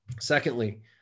Secondly